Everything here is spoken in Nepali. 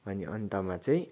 अनि अन्तमा चाहिँ